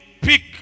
pick